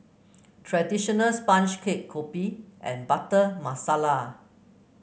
traditional sponge cake kopi and Butter Masala